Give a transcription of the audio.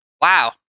Wow